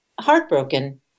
Heartbroken